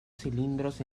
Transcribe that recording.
cilindros